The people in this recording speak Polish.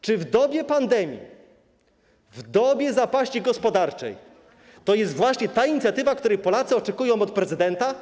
Czy w dobie pandemii, w dobie zapaści gospodarczej to jest właśnie ta inicjatywa, której Polacy oczekują od prezydenta?